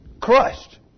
Crushed